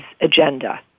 agenda